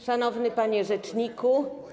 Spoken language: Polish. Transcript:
Szanowny Panie Rzeczniku!